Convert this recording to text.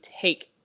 take